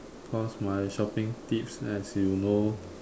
cause my shopping tips as you know